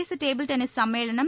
சர்வதேச table tennis சம்மேளனம்